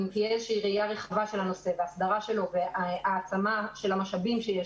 ואם תהיה איזו ראייה רחבה של הנושא והסדרה שלו והעצמה של המשאבים שיש